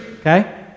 okay